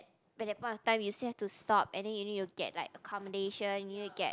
but that point of time you still have to stop and then you need to get like accommodation you need to get